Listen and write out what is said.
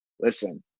listen